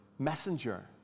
Messenger